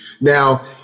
Now